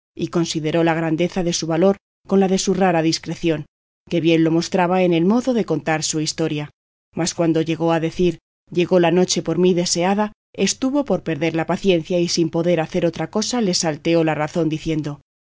y consideró la grandeza de su valor con la de su rara discreción que bien lo mostraba en el modo de contar su historia mas cuando llegó a decir llegó la noche por mí deseada estuvo por perder la paciencia y sin poder hacer otra cosa le salteó la razón diciendo